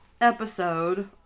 episode